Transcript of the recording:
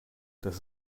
das